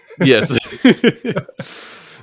Yes